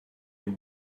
you